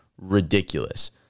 ridiculous